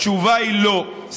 התשובה היא לא,